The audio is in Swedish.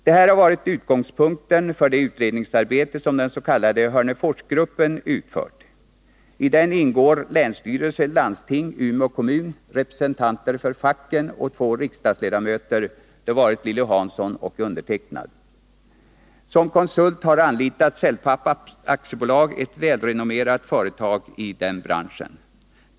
Det här har varit utgångspunkten för det utredningsarbete som den s.k. Hörneforsgruppen utfört. I denna ingår representanter för länsstyrelsen, landstinget, Umeå kommun och facket. Dessutom ingår två riksdagsledamöter, nämligen Lilly Hansson och jag. Som konsult har anlitats Cellpapp AB, ett välrenommerat företag i branschen.